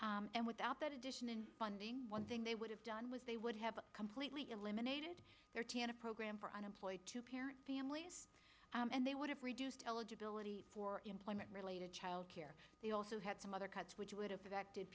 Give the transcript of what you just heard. fund and without that additional funding one thing they would have done was they would have completely eliminated their program for unemployed two parent families and they would have reduced eligibility for employment related child care they also had some other cuts which would